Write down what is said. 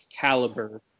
caliber